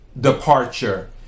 departure